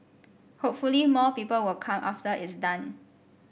hopefully more people will come after it's done